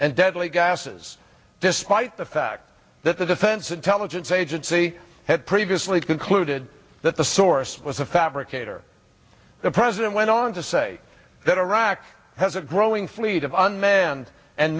and deadly gases despite the fact that the defense intelligence agency had previously concluded that the source was a fabricator the president went on to say that iraq has a growing fleet of unmanned and